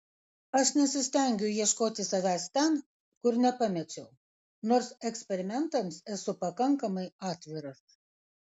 aš nesistengiu ieškoti savęs ten kur nepamečiau nors eksperimentams esu pakankamai atviras